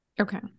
Okay